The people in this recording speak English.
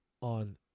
On